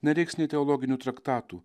nereiks nė teologinių traktatų